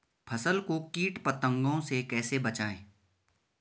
फसल को कीट पतंगों से कैसे बचाएं?